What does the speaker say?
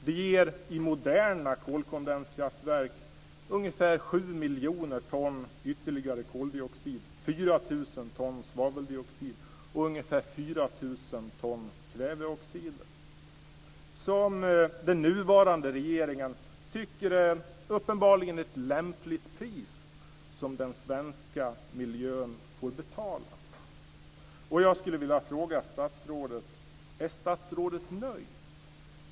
Det ger i moderna kolkondenskraftverk ytterligare ungefär 7 miljoner ton koldioxid, 4 000 ton svaveldioxid och ungefär 4 000 ton kväveoxid. Den nuvarande regeringen tycker uppenbarligen att det är ett lämpligt pris som den svenska miljön får betala. Jag skulle vilja fråga statsrådet om han är nöjd.